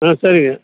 ம் சரிங்க